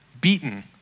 Beaten